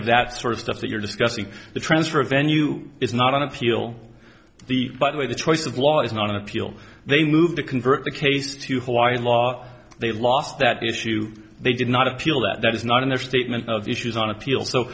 of that the sort of stuff that you're discussing the transfer of venue is not on appeal the by the way the choice of law is not an appeal they move to convert the case to hawaii law they lost that issue they did not appeal that was not in their statement of issues on appeal so